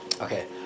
Okay